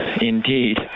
Indeed